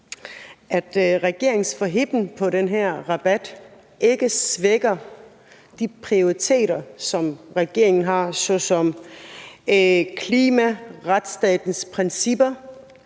at regeringen er så forhippet på den her rabat, ikke svækker de prioriteter, som regeringen har, såsom klima, retsstatens principper,